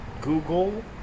Google